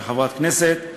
כחברת הכנסת,